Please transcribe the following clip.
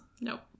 Nope